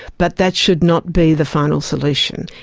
but that should not be the final solution.